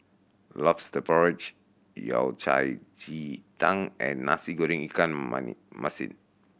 Lobster Porridge Yao Cai ji tang and Nasi Goreng ikan masin